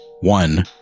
One